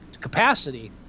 capacity